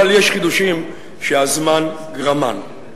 אבל יש חידושים שהזמן גרמם.